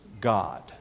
God